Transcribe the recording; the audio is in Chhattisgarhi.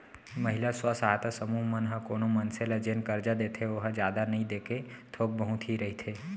महिला स्व सहायता समूह मन ह कोनो मनसे ल जेन करजा देथे ओहा जादा नइ देके थोक बहुत ही रहिथे